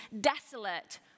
desolate